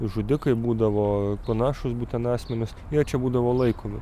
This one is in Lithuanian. žudikai būdavo panašūs būtent asmenys jie čia būdavo laikomi